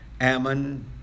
Ammon